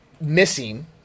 missing